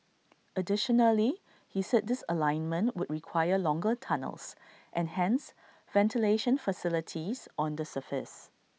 additionally he said this alignment would require longer tunnels and hence ventilation facilities on the surface